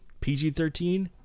PG-13